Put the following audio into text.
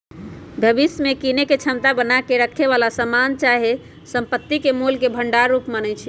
भविष्य में कीनेके क्षमता बना क रखेए बला समान चाहे संपत्ति के मोल के भंडार रूप मानइ छै